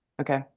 Okay